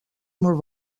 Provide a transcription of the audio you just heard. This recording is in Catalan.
molt